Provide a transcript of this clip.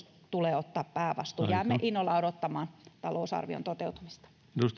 tulee ottaa päävastuu jäämme innolla odottamaan talousarvion toteutumista